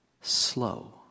slow